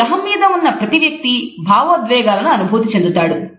ఈ గ్రహం మీద ఉన్న ప్రతి వ్యక్తి భావోద్వేగాలను అనుభూతి చెందుతాడు